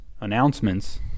Announcements